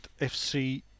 FC